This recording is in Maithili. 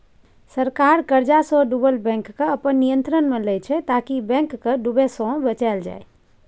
सरकार कर्जसँ डुबल बैंककेँ अपन नियंत्रणमे लैत छै ताकि बैंक केँ डुबय सँ बचाएल जाइ